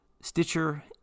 Stitcher